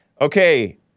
okay